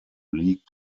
liegt